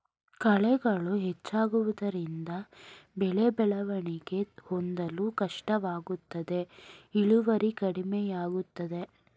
ಕಳೆಗಳು ಹೆಚ್ಚಾಗುವುದರಿಂದ ಬೆಳೆ ಬೆಳವಣಿಗೆ ಹೊಂದಲು ಕಷ್ಟವಾಗುತ್ತದೆ ಇಳುವರಿ ಕಡಿಮೆಯಾಗುತ್ತದೆ